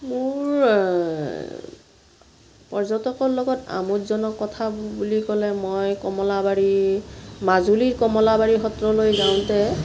মোৰ পৰ্যটকৰ লগত আমোদজনক কথা বুলি ক'লে মই কমলাবাৰী মাজুলীৰ কমলাবাৰী সত্ৰলৈ যাওঁতে